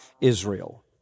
Israel